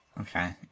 Okay